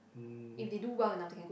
mm